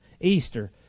Easter